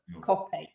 copy